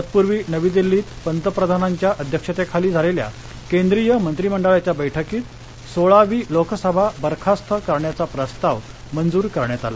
तत्पूर्वी नवी दिल्लीत पंतप्रधानांच्या अध्यक्षतेखाली झालेल्या केंद्रीय मंत्रीमंडळाच्या बैठकीत सोळावी लोकसभा बरखास्त करण्याचा प्रस्ताव मंजूर करण्यात आला